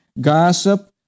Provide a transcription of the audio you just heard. Gossip